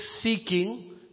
seeking